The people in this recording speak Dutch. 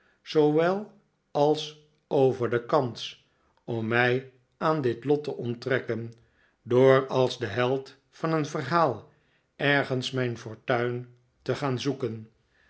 zoowel als over de kans om mij aan dit lot te onttrekken door als de held van een verhaal ergens mijn fortuin te gaan zoeken